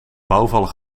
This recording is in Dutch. bouwvallig